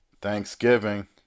Thanksgiving